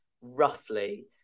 roughly